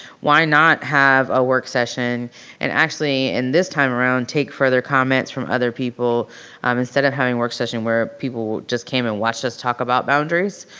why not have a work session and actually and this time around take further comments from other people um instead of having a work session where people just came and watched us talk about boundaries.